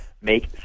make